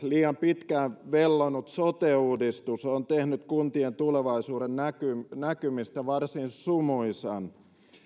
liian pitkään vellonut sote uudistus on tehnyt kuntien tulevaisuudennäkymistä varsin sumuisat